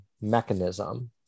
mechanism